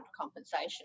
compensation